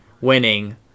winning